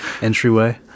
entryway